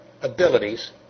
abilities